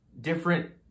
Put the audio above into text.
different